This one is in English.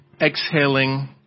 exhaling